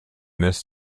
this